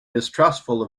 distrustful